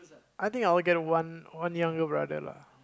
I think I'll get one one younger brother lah